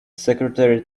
secretary